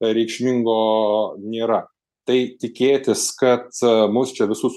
reikšmingo nėra tai tikėtis kad mus čia visus